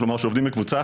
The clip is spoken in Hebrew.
כלומר שעובדים בקבוצה,